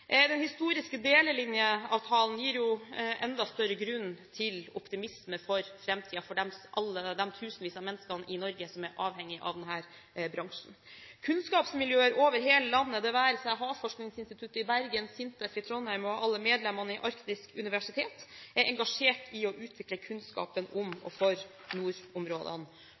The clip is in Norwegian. Den historiske delelinjeavtalen gir jo enda større grunn til optimisme for framtiden for alle de tusenvis av menneskene i Norge som er avhengig av denne bransjen. Kunnskapsmiljøer over hele landet – det være seg Havforskningsinstituttet i Bergen, SINTEF i Trondheim og alle medlemmene i Arktisk universitet – er engasjert i å utvikle kunnskapen om og for nordområdene.